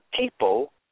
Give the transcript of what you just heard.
people